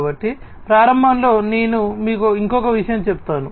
కాబట్టి ప్రారంభంలో నేను మీకు ఇంకొక విషయం చెప్తాను